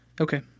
Okay